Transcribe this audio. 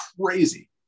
crazy